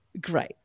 great